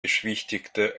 beschwichtigte